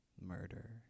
murder